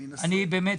אני במתח.